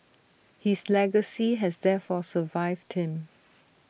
his legacy has therefore survived him